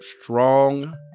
strong